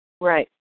Right